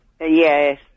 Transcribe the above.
Yes